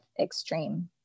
extreme